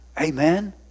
Amen